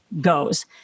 goes